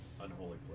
unholy